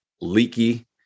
leaky